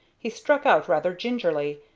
he struck out rather gingerly,